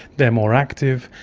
they are more active,